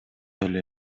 эле